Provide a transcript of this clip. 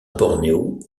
bornéo